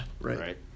right